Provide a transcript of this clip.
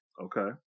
Okay